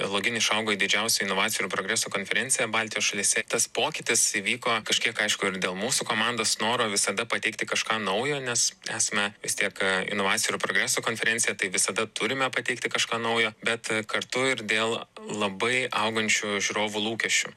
login išaugo į didžiausią inovacijų ir progreso konferenciją baltijos šalyse tas pokytis įvyko kažkiek aišku ir dėl mūsų komandos noro visada pateikti kažką naujo nes esame vis tiek a inovacijų ir progreso konferencija tai visada turime pateikti kažką naujo bet kartu ir dėl labai augančių žiūrovų lūkesčių